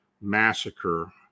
massacre